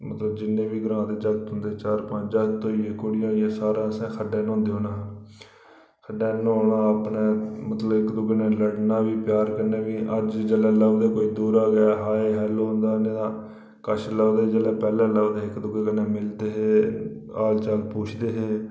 मतलब जिन्ने बी ग्रांऽ दे जागत होई गे चार पंज जागत होई गे सारें असें खड्डै न्होंदे औना खड्डा न्हौना मतलब इक दूए ने लड़ना बी अज्ज जेल्लै लभदे कोई दूरा गै आखदे हैलो जां कश लभदे पैह्लें इक दुए कन्नै मिलदे हे हाल चाल पुछदे हे